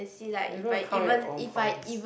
you gonna count your own points